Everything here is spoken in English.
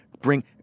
Bring